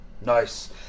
Nice